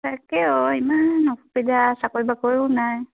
তাকে অঁ ইমান অসুবিধা চাকৰি বাকৰিও নাই